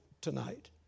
tonight